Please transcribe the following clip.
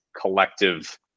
collective